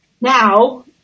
Now